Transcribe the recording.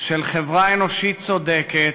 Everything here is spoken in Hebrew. של חברה אנושית צודקת,